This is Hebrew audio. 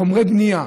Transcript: חומרי בנייה.